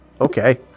Okay